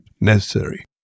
necessary